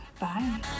Bye